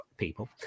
people